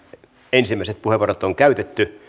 ensimmäiset puheenvuorot on käytetty